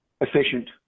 efficient